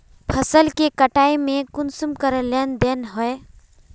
फसल के कटाई में कुंसम करे लेन देन होए?